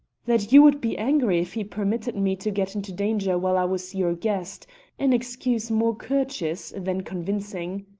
that you would be angry if he permitted me to get into danger while i was your guest an excuse more courteous than convincing.